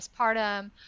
postpartum